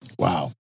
Wow